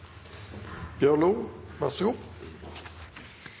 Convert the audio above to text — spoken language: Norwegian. statsråd Kjerkol, vær så god.